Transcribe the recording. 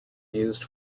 used